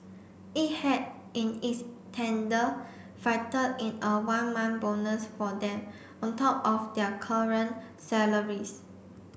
it had in its tender factored in a one month bonus for them on top of their current salaries